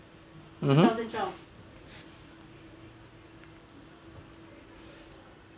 mmhmm